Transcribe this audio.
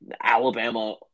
Alabama